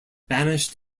banished